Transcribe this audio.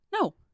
No